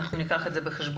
אנחנו ניקח את זה בחשבון,